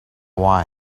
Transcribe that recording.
why